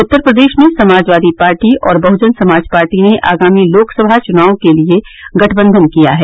उत्तर प्रेदश में समाजवादी पार्टी और बहजन समाज पार्टी ने आगामी लोकसभा चुनाव के लिए गठबंधन किया है